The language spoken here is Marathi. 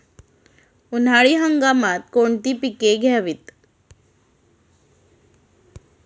उन्हाळी हंगामात कोणती पिके घ्यावीत?